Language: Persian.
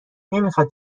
نمیخواد